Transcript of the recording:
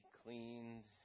cleaned